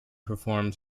performs